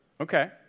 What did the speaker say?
Okay